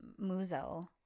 Muzo